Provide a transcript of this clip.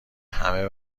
همه